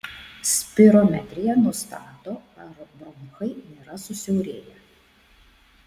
spirometrija nustato ar bronchai nėra susiaurėję